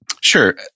Sure